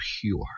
pure